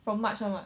from march [one] [what]